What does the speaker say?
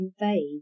invade